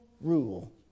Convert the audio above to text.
rule